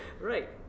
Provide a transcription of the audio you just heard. right